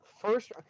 first